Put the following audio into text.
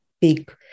big